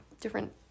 different